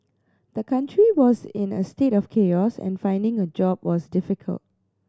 the country was in a state of chaos and finding a job was difficult